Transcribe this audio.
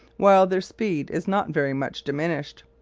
while their speed is not very much diminished.